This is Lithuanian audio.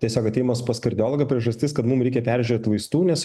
tiesiog atėjimas pas kardiologą priežastis kad mum reikia peržiūrėt vaistų nes